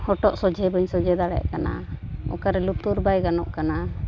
ᱦᱚᱴᱚᱜ ᱥᱚᱡᱷᱮ ᱵᱟᱹᱧ ᱥᱚᱡᱷᱮ ᱫᱟᱲᱮᱭᱟᱜ ᱠᱟᱱᱟ ᱚᱠᱟᱨᱮ ᱞᱩᱛᱩᱨ ᱵᱟᱭ ᱜᱟᱱᱚᱜ ᱠᱟᱱᱟ